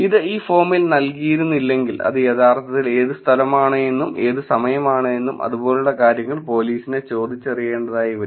ഇത് ഈ ഫോമിൽ നൽകിയിരുന്നില്ലെങ്കിൽ അത് യഥാർത്ഥത്തിൽ ഏത് സ്ഥലമാണെന്നും ഏത് സമയമാണെന്നും അതുപോലുള്ള കാര്യങ്ങൾ പോലീസിന് ചോദിച്ചറിയേണ്ടതായി വരും